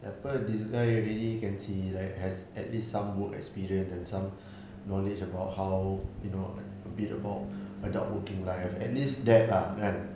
at first this guy already you can see right has at least some work experience and some knowledge about how you know a bit about adult working life at least that lah kan